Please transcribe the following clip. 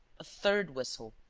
a third whistle,